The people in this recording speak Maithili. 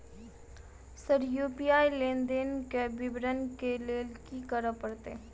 सर यु.पी.आई लेनदेन केँ विवरण केँ लेल की करऽ परतै?